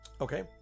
Okay